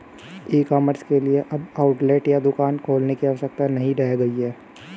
ई commerce के लिए अब आउटलेट या दुकान खोलने की आवश्यकता नहीं रह गई है